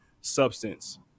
substance